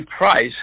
price